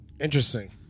Interesting